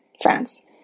France